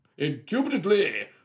Indubitably